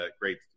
great